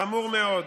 חמור מאוד,